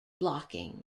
blocking